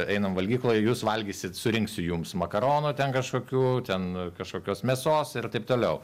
einam valgykloj jūs valgysit surinksiu jums makaronų ten kažkokių ten kažkokios mėsos ir taip toliau